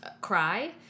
cry